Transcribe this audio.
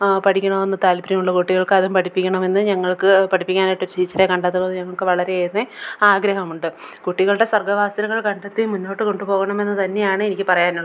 പഠിക്കണമെന്ന് താല്പര്യമുള്ള കുട്ടികൾക്കതും പഠിപ്പിക്കണമെന്ന് ഞങ്ങൾക്ക് പഠിപ്പിക്കാനായിട്ടൊരു ടീച്ചറെ കണ്ടെത്തുന്നത് ഞങ്ങൾക്ക് വളരെയേറെ ആഗ്രഹമുണ്ട് കുട്ടികളുടെ സർഗ്ഗ വാസനകൾ കണ്ടെത്തി മുന്നോട്ട് കൊണ്ടുപോകണമെന്ന് തന്നെയാണ് എനിക്ക് പറയാനുള്ളത്